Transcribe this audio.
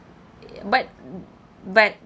but but